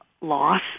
loss